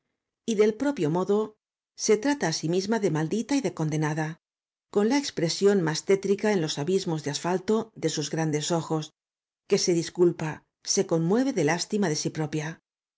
y del propio modo se trata á sí misma de maldita y de condenada con la expresión más tétrica en los abismos de asfalto de sus grandes ojos que se disculpa se conmueve de lástima de sí propia